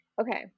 Okay